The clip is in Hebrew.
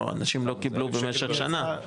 אנשים לא קיבלו במשך שנה.